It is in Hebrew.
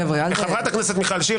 חברת הכנסת מיכל שיר,